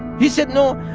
he said, no,